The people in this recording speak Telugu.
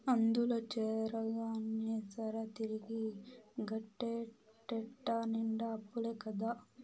అందుల చేరగానే సరా, తిరిగి గట్టేటెట్ట నిండా అప్పులే కదా